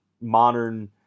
modern